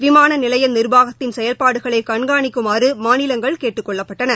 விமான நிலைய நிர்வாகத்தின் செயல்பாடுகளை கண்காணிக்குமாறு மாநிலங்கள் கேட்டுக்கொள்ளப்பட்டன